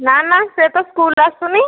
ନା ନା ସେ ତ ସ୍କୁଲ୍ ଆସୁନି